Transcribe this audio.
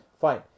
Fine